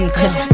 Cause